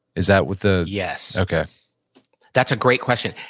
is that what the yes okay that's a great question.